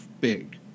big